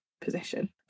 position